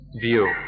view